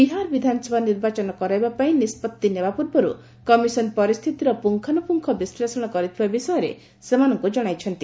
ବିହାର ବିଧାନସଭା ନିର୍ବାଚନ କରାଇବା ପାଇଁ ନିଷ୍ପଭି ନେବା ପୂର୍ବରୁ କମିଶନ୍ ପରିସ୍ଥିତିର ପୁଙ୍ଗାନୁପୁଙ୍ଗ ବିଶ୍ଳେଷଣ କରିଥିବା ବିଷୟରେ ସେମାନଙ୍କୁ ଜଣାଇଛନ୍ତି